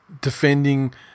defending